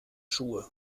schuhe